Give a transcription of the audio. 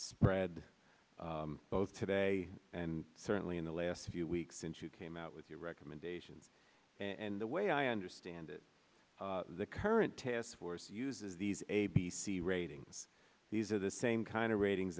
spread both today and certainly in the last few weeks since you came out with your recommendation and the way i understand it the current task force uses these a b c ratings these are the same kind of ratings